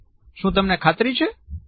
શું તમને ખાતરી છે